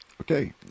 Okay